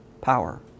power